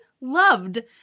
loved